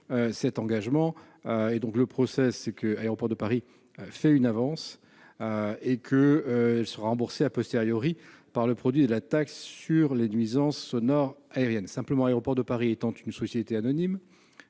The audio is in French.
cet engagement et donc le process, c'est que Aeroports de Paris fait une avance et que se rembourser a posteriori par le produit et la taxe sur les nuisances sonores aériennes simplement Aéroport de Paris étant une société anonyme